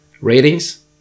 ratings